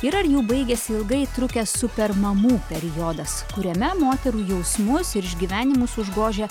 ir ar jau baigėsi ilgai trukęs super mamų periodas kuriame moterų jausmus ir išgyvenimus užgožia